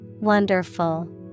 Wonderful